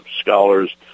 scholars